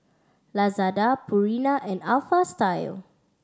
Lazada Purina and Alpha Style